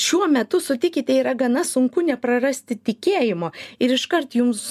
šiuo metu sutikite yra gana sunku neprarasti tikėjimo ir iškart jums